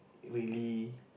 really